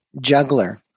juggler